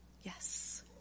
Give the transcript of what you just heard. yes